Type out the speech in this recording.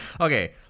Okay